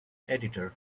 editor